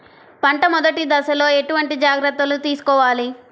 పంట మెదటి దశలో ఎటువంటి జాగ్రత్తలు తీసుకోవాలి?